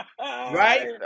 right